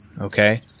okay